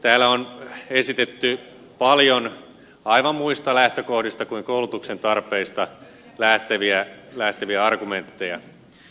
täällä on esitetty paljon aivan muista lähtökohdista kuin koulutuksen tarpeista lähteviä argumentteja